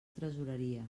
tresoreria